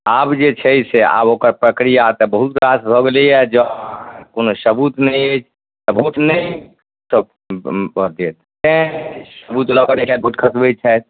आब जे छै से आब ओकर प्रक्रिया तऽ बहुत रास भऽ गेलैया जँ कोनो सबुत नहि अछि तऽ भोट नहि भऽ अथी तैॅं सबूत लऽ कऽ एकटा भोट खसबै छथि